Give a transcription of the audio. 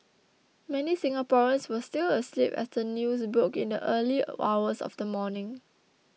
many Singaporeans were still asleep as the news broke in the early hours of the morning